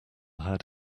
had